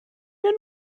mehr